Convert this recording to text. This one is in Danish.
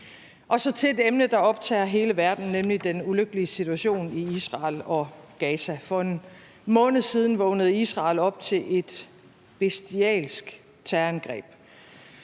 jeg gå til et emne, som optager hele verden, nemlig den ulykkelige situation i Israel og Gaza. For 1 måned siden vågnede Israel op til et bestialsk terrorangreb.